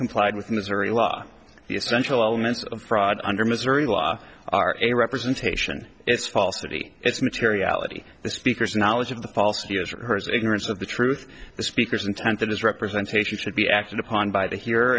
complied with missouri law the essential elements of fraud under missouri law are a representation it's falsity it's materiality the speaker's knowledge of the falsity is hers ignorance of the truth the speaker's intent that his representation should be acted upon by the here